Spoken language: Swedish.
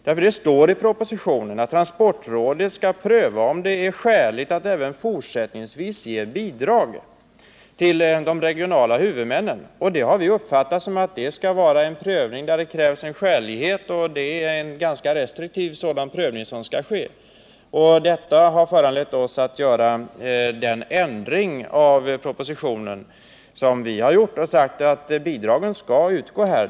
Det står i propositionen att transportrådet skall pröva om det är skäligt att även fortsättningsvis ge bidrag till de regionala huvudmännen. Vi har uppfattat det så att det är en ganska restriktiv skälighetsprövning som skall ske. Det har föranlett oss att företa en ändring i förhållande till propositionen — vi har sagt att bidragen skall utgå.